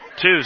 two